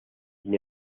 sin